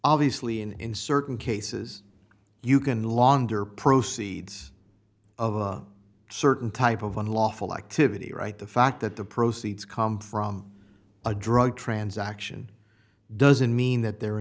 obviously in in certain cases you can launder proceeds of a certain type of unlawful activity right the fact that the proceeds come from a drug transaction doesn't mean that the